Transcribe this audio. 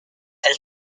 elle